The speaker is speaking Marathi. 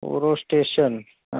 ओरोस स्टेशन